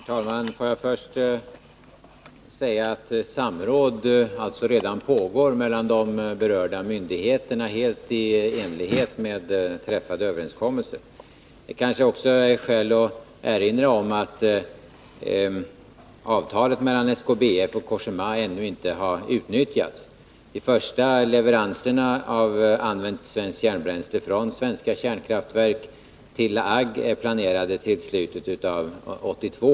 Herr talman! Får jag först säga att samråd alltså redan pågår mellan de berörda myndigheterna, helt i enlighet med träffade överenskommelser. Det kanske också är skäl att erinra om att avtalet mellan SKBF och Cogéma ännu inte har utnyttjats. De första leveranserna av använt svenskt kärnbränsle från svenska kärnkraftverk till La Hague är planerade att ske i slutet av 1982.